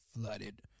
flooded